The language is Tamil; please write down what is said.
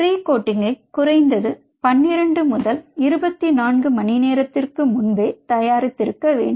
ப்ரி கோட்டிங்கை குறைந்தது பன்னிரண்டு முதல் இருபத்தி நான்கு மணிநேரத்துக்கு முன்பே தயாரித்திருக்க வேண்டும்